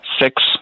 six